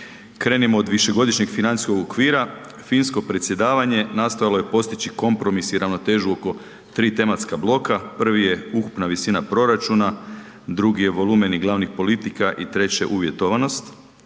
Krenimo od višegodišnjeg financijskog okvira, finsko predsjedavanje nastojalo je postići kompromis i ravnotežu oko tri tematska bloka. Prvi je ukupna visina proračuna, drugi je volumeni glavnih politika i treće uvjetovanost.